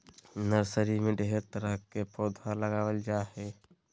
nursery में ढेर तरह के पौधा लगाबल जा हइ